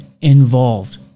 involved